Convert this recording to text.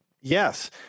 Yes